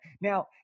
Now